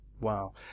Wow